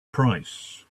price